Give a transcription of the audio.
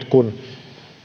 kun